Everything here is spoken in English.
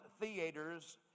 theaters